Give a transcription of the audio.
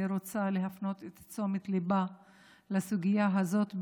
אני רוצה להפנות את תשומת ליבה לסוגיה הזאת,